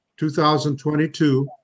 2022